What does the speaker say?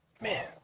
Man